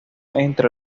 entre